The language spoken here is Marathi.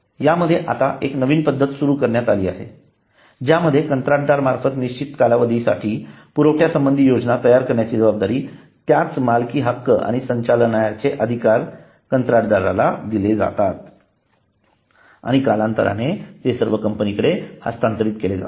यामध्ये आता एक नवीन पद्धत सुरू करण्यात आली आहे ज्यामध्ये कंत्राटदारा मार्फत निश्चित कालावधीसाठी पुरवठ्या संबंधी योजना तयार करण्याची जबाबदारी त्याचा मालकी हक्क आणि संचालनाचे अधिकार कंत्राटदाराला दिले जातात आणि कालांतराने ते सर्व कंपनी कडे हस्तांतरित केले जाते